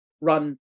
run